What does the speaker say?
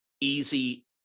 easy